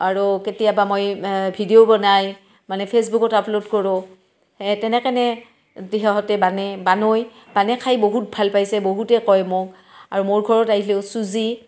আৰু কেতিয়াবা মই ভিডিঅ' বনাই মানে ফেচবুকত আপলোড কৰোঁ তেনে কেনে দি সিহঁতে বানে বানাই বানাই খাই বহুত ভাল পাইছে বহুতে কয় মোক আৰু মোৰ ঘৰত আহিলেও চুজি